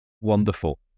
Wonderful